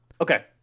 Okay